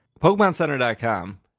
PokemonCenter.com